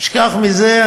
שכח מזה,